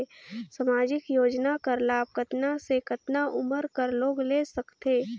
समाजिक योजना कर लाभ कतना से कतना उमर कर लोग ले सकथे?